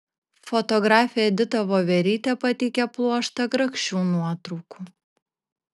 fotografė edita voverytė pateikia pluoštą grakščių nuotraukų